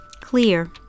Clear